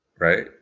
right